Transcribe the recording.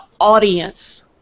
audience